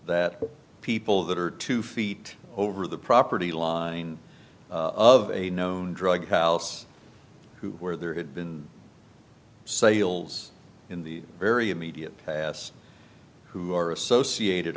that people that are two feet over the property of a known drug house who were there had been sales in the very immediate past who are associated